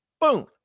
boom